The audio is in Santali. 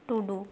ᱴᱩᱰᱩ